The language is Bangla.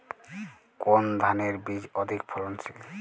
কোন ধানের বীজ অধিক ফলনশীল?